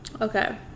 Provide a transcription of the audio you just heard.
Okay